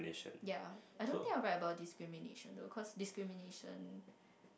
ya I don't think I will write about discrimination though cause discrimination